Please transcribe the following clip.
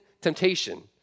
temptation